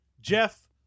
jeff